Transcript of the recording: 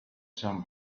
some